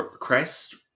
Christ